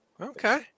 Okay